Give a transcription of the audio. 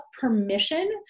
permission